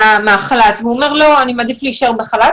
מהחל"ת והוא אומר שהוא מעדיף להישאר בחל"ת,